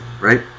Right